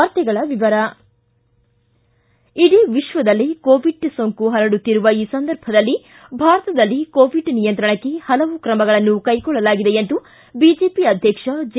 ವಾರ್ತೆಗಳ ವಿವರ ಇಡೀ ವಿಶ್ವದಲ್ಲೇ ಕೋವಿಡ್ ಸೋಂಕು ಪರಡುತ್ತಿರುವ ಈ ಸಂದರ್ಭದಲ್ಲಿ ಭಾರತದಲ್ಲಿ ಕೋವಿಡ್ ನಿಯಂತ್ರಣಕ್ಕೆ ಹಲವು ಕ್ರಮಗಳನ್ನು ಕೈಗೊಳ್ಳಲಾಗಿದೆ ಎಂದು ಬಿಜೆಪಿ ಅಧ್ಯಕ್ಷ ಜೆ